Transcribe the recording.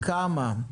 כמה?